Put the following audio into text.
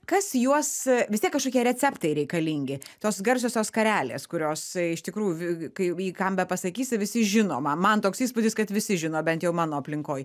kas juos vis tiek kažkokie receptai reikalingi tos garsiosios skarelės kurios iš tikrųjų kai kam bepasakysi visi žino man toks įspūdis kad visi žino bent jau mano aplinkoj